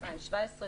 2017,